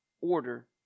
order